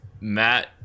Matt